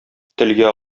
телгә